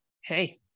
hey